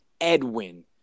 Edwin